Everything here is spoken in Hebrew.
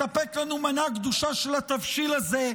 -- מספק לנו מנה גדושה של התבשיל הזה.